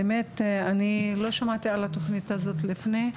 האמת היא שאני לא שמעתי על התוכנית הזו לפני כן,